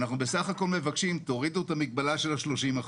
אנחנו בסך הכול מבקשים, תורידו את המגבלה של 30%,